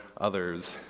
others